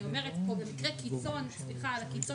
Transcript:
אני אומרת כמו במקרה קיצון שבקיצון,